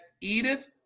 Edith